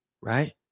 right